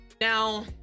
Now